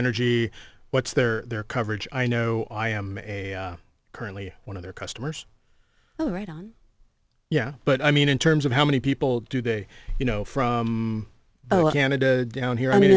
energy what's their their coverage i know i am currently one of their customers oh right on yeah but i mean in terms of how many people do they you know from both canada down here i mean